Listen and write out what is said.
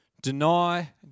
deny